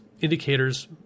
indicators